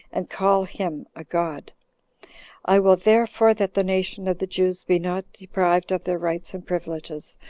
and call him a god i will therefore that the nation of the jews be not deprived of their rights and privileges,